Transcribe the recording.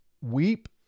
Weep